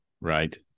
Right